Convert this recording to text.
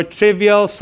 trivial